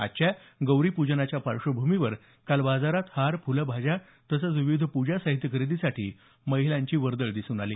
आजच्या गौरी पूजनाच्या पार्श्वभूमीवर काल बाजारात हार फुलं भाज्या तसंच विविध पूजा साहित्य खरेदीसाठी महिलांची वर्दळ दिसून आली